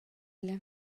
эле